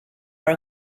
are